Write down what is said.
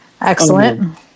Excellent